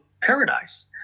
paradise